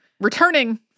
returning